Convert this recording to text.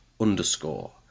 underscore